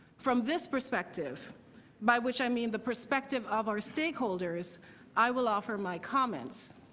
from this perspective by which i mean the perspective of our stakeholders i will offer my comments.